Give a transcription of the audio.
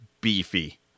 beefy